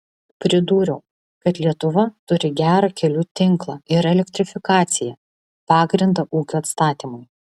pridūriau kad lietuva turi gerą kelių tinklą ir elektrifikaciją pagrindą ūkio atstatymui